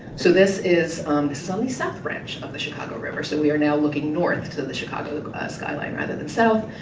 so this is on so the south branch of the chicago river. so we are now looking north to the the chicago skyline rather than south.